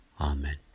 Amen